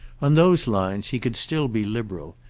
on those lines he could still be liberal,